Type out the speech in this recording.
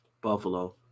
Buffalo